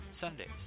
Sundays